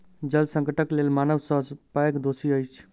जल संकटक लेल मानव सब सॅ पैघ दोषी अछि